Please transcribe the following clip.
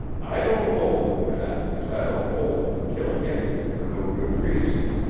i don't hold with that cause i don't hold with killing anything for no good reason.